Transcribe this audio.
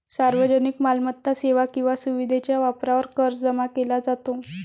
सार्वजनिक मालमत्ता, सेवा किंवा सुविधेच्या वापरावर कर जमा केला जातो